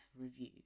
review